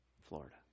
Florida